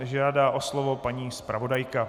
Žádá o slovo paní zpravodajka.